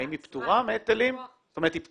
האם היא פטורה מהיטלי פיתוח?